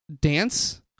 dance